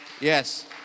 yes